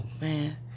man